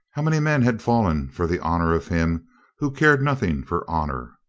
how many men had fallen for the honor of him who cared nothing for honor?